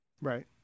Right